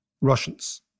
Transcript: Russians